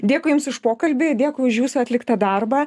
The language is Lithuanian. dėkui jums už pokalbį dėkui už jūsų atliktą darbą